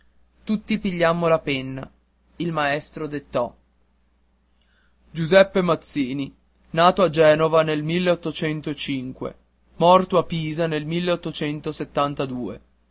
tutti pigliammo la penna il maestro dettò giuseppe mazzini nato a genova nel morto a pisa nel